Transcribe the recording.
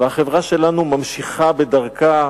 והחברה שלנו ממשיכה בדרכה